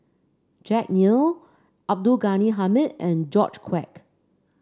Jack Neo Abdul Ghani Hamid and George Quek